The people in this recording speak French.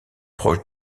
proche